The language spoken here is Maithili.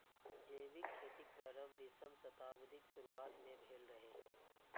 जैविक खेतीक प्रारंभ बीसम शताब्दीक शुरुआत मे भेल रहै